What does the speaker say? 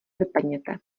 vypadněte